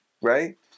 right